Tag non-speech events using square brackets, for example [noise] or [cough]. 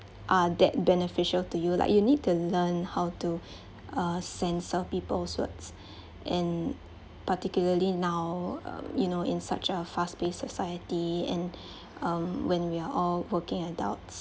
are that beneficial to you like you need to learn how to [breath] uh censor people's words [breath] and particularly now um you know in such a fast-paced society and [breath] um when we are all working adults